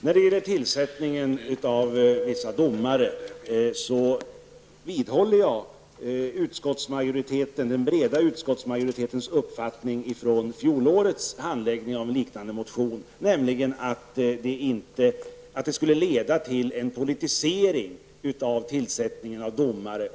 När det gäller tillsättningen av vissa domare vidhåller jag den breda utskottsmajoritetens uppfattning från fjolårets handläggning av en liknande motion, nämligen att detta skulle leda till en politisering.